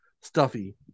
stuffy